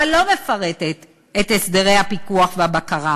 אבל לא מפרטת את הסדרי הפיקוח והבקרה.